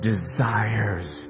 Desires